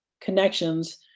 connections